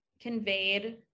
conveyed